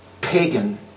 pagan